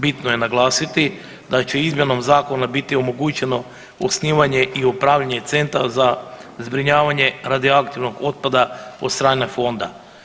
Bitno je naglasiti da će izmjenom zakona biti omogućeno osnivanje i upravljanje Centar za zbrinjavanje radioaktivnog otpada od strane fonda.